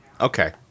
Okay